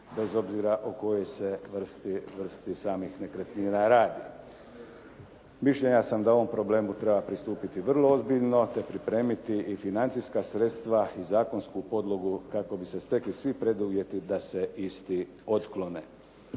bez obzira o kojoj se vrsti samih nekretnina radi. Mišljenja sam da ovom problemu treba pristupiti vrlo ozbiljno, te pripremiti i financijska sredstva i zakonsku podlogu kako bi se stekli svi preduvjeti da se isti otklone.